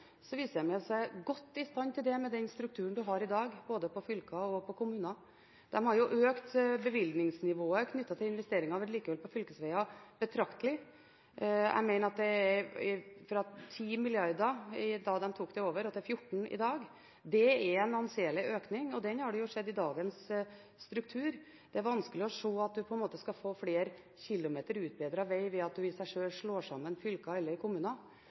viser de at fylkene er godt i stand til det med den strukturen man har i dag – både i fylker og i kommuner. De har økt bevilgningsnivået knyttet til investeringer og vedlikehold på fylkesveger betraktelig. Jeg mener at det er fra 10 mrd. kr, da de tok over, til 14 mrd. kr i dag. Det er en anselig økning, og den har skjedd med dagens struktur. Det er vanskelig å se at man på en måte skal få flere kilometer utbedret veg ved at man i seg sjøl slår sammen fylker eller kommuner. Når det er sagt, er ikke jeg prinsipielt imot sammenslåing av kommuner,